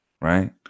right